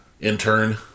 intern